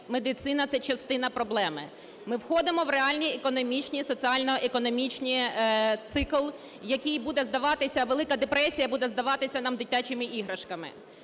медицина, це частина проблеми. Ми входимо в реальні економічні і соціально-економічні… цикл, який буде здаватися... Велика депресія буде здаватися нам дитячими іграшками.